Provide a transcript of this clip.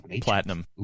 platinum